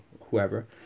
whoever